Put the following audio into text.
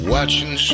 Watching